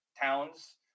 towns